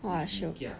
!wah! shiok